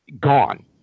gone